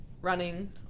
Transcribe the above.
running